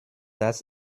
dass